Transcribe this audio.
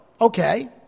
Okay